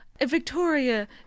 Victoria